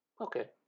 Okay